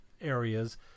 areas